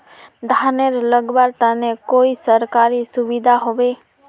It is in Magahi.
धानेर लगवार तने कोई सरकारी सुविधा होबे?